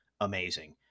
Amazing